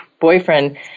boyfriend